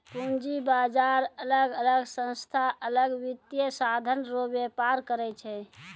पूंजी बाजार अलग अलग संस्था अलग वित्तीय साधन रो व्यापार करै छै